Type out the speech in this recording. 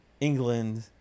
England